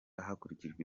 hakurikijwe